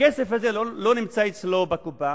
הכסף הזה לא נמצא אצלו בקופה.